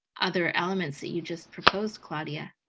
other elements that you just proposed, claudia?